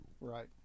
Right